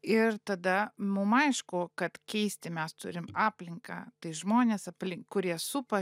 ir tada mum aišku kad keisti mes turim aplinką tai žmonės aplink kurie supa